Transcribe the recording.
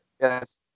yes